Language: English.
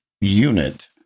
unit